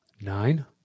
Nine